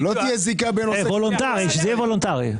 שזה יהיה וולונטרי.